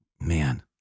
man